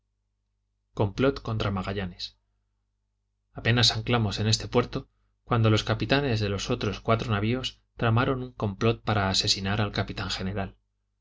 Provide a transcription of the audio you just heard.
complot contra magallanes apenas anclamos en este puerto cuando los capitanes de los otros cuatro navios tramaron un complot para asesinar al capitán general